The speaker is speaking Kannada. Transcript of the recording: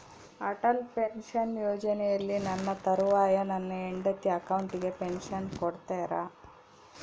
ಅಟಲ್ ಪೆನ್ಶನ್ ಯೋಜನೆಯಲ್ಲಿ ನನ್ನ ತರುವಾಯ ನನ್ನ ಹೆಂಡತಿ ಅಕೌಂಟಿಗೆ ಪೆನ್ಶನ್ ಕೊಡ್ತೇರಾ?